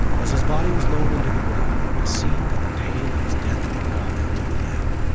as his body was lowered into the ground it seemed that the tale of his death would long outlive the man.